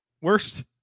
worst